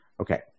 Okay